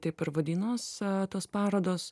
taip ir vadinosi tos parodos